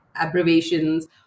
abbreviations